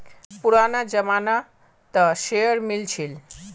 पुराना जमाना त शेयर मिल छील